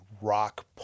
rock